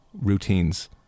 routines